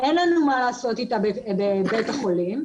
אין לנו מה לעשות איתה בבית החולים,